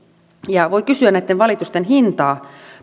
voi kysyä näitten valitusten hintaa